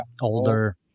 older